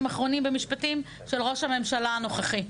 האחרונים במשפטים של ראש הממשלה הנוכחי.